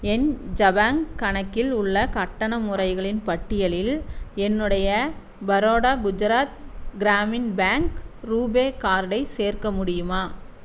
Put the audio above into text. என் Jabong கணக்கில் உள்ள கட்டண முறைகளின் பட்டியலில் என்னுடைய பரோடா குஜராத் கிராமின் பேங்க் ரூபே கார்டை சேர்க்க முடியுமா